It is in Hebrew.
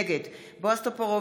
נגד בועז טופורובסקי,